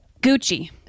Gucci